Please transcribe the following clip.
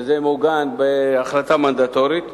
שזה מעוגן בהחלטה מנדטורית.